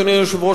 אדוני היושב-ראש,